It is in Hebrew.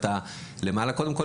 קודם כל,